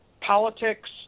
politics